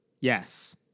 yes